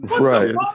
Right